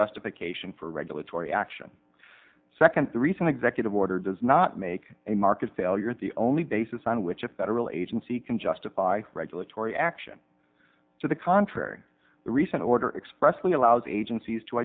justification for regulatory action second the recent executive order does not make a market failure the only basis on which a federal agency can justify regulatory action to the contrary the recent order expressly allows agencies to